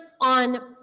on